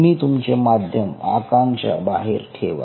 तुम्ही तुमचे माध्यम आकांक्षा बाहेर ठेवा